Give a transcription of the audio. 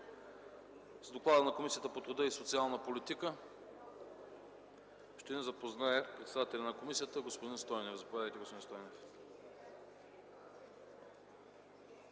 С доклада на Комисията по труда и социална политика ще ни запознае председателят на комисията господин Стойнев. Господин Стойнев,